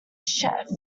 sheath